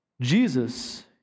Jesus